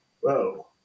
whoa